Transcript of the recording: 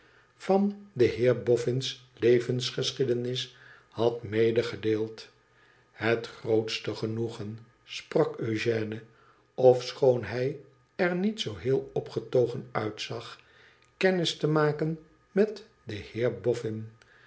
van den heer boffin's levensgeschiedenis had medegedeeld het grootste genoegen sprak eugène ofechoon hij er niet zoo heel opgetogen uitzag kennis te maken met den heer